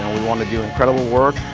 and we want to do incredible work,